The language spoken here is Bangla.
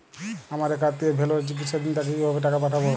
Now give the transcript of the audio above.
আমার এক আত্মীয় ভেলোরে চিকিৎসাধীন তাকে কি ভাবে টাকা পাঠাবো?